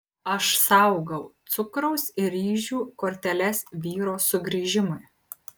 aš saugau cukraus ir ryžių korteles vyro sugrįžimui